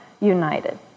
United